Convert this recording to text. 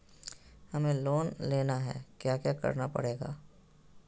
हमें लोन लेना है क्या क्या करना पड़ेगा?